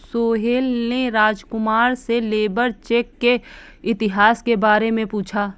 सोहेल ने राजकुमार से labour check के इतिहास के बारे में पूछा